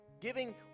Giving